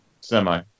Semi